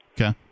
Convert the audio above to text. Okay